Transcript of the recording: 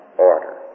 order